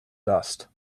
dust